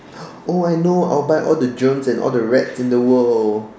oh I know I will buy all the germs and all the rats in the world